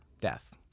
Death